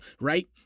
right